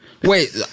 Wait